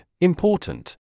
important